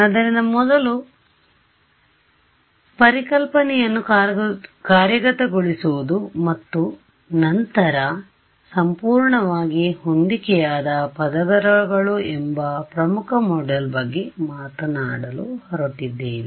ಆದ್ದರಿಂದ ಮೊದಲು ಪರಿಕಲ್ಪನೆಯನ್ನು ಕಾರ್ಯಗತಗೊಳಿಸುವುದು ಮತ್ತು ನಂತರ ಸಂಪೂರ್ಣವಾಗಿ ಹೊಂದಿಕೆಯಾದ ಪದರಗಳು ಎಂಬ ಪ್ರಮುಖ ಮಾಡ್ಯೂಲ್ ಬಗ್ಗೆ ಮಾತನಾಡಲು ಹೊರಟಿದ್ದೇವೆ